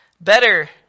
Better